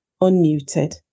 unmuted